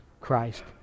Christ